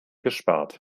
gespart